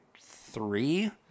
three